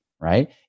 right